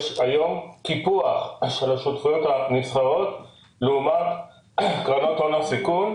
יש היום קיפוח של השותפויות הנסחרות לעומת קרנות הון הסיכון,